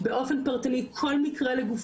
ואם אנחנו היום לא יכולים לקבל החלטה,